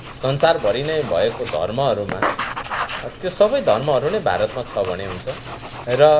संसारभरि नै भएको धर्महरूमा त्यो सबै धर्महरू नै भारत छ भने हुन्छ र